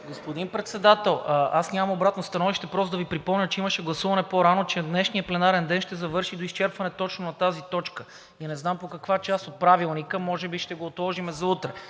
Господин Председател, аз нямам обратно становище. Искам да Ви припомня, че имаше гласуване по-рано, че днешният пленарен ден ще завърши до изчерпване точно на тази точка. Не знам по каква част от Правилника може би ще го отложим за утре.